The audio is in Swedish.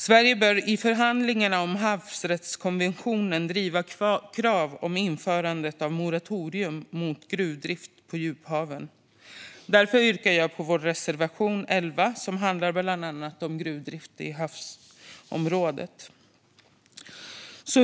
Sverige bör i förhandlingar om havsrättskonventionen driva krav om införande av moratorium mot gruvdrift i djuphaven. Därför jag yrkar bifall till vår reservation 11, som handlar om bland annat gruvdrift i havsområden.